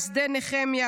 שדה נחמיה,